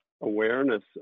awareness